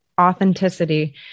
authenticity